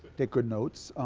take good notes.